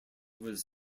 was